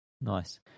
Nice